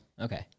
Okay